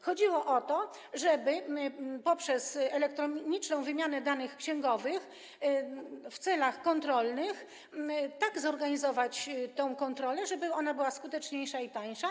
Chodziło o to, żeby poprzez elektroniczną wymianę danych księgowych w celach kontrolnych tak zorganizować tę kontrolę, żeby była skuteczniejsza i tańsza.